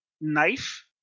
knife